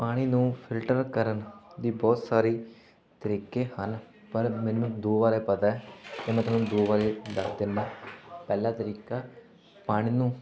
ਪਾਣੀ ਨੂੰ ਫਿਲਟਰ ਕਰਨ ਦੀ ਬਹੁਤ ਸਾਰੀ ਤਰੀਕੇ ਹਨ ਪਰ ਮੈਨੂੰ ਦੋ ਬਾਰੇ ਪਤਾ ਅਤੇ ਮੈਂ ਤੁਹਾਨੂੰ ਦੋ ਬਾਰੇ ਦੱਸ ਦਿੰਦਾ ਪਹਿਲਾ ਤਰੀਕਾ ਪਾਣੀ ਨੂੰ